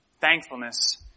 thankfulness